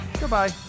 goodbye